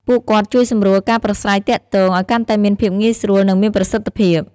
ពួកគាត់ជួយសម្រួលការប្រាស្រ័យទាក់ទងឲ្យកាន់តែមានភាពងាយស្រួល និងមានប្រសិទ្ធភាព។